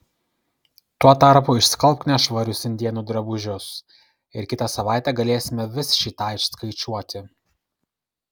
tuo tarpu išskalbk nešvarius indėnų drabužius ir kitą savaitę galėsime vis šį tą išskaičiuoti